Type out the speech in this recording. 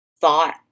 thought